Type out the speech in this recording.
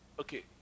okay